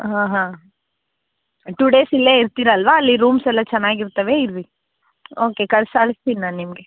ಹಾಂ ಹಾಂ two days ಇಲ್ಲೇ ಇರ್ತೀರಾ ಅಲ್ವಾ ಅಲ್ಲಿ ರೂಮ್ಸ್ ಎಲ್ಲ ಚೆನ್ನಾಗಿರ್ತವೆ ಇರ್ರಿ ಓಕೆ ಕಳ್ಸಾ ಕಳಿಸ್ತೀನಿ ನಾನು ನಿಮಗೆ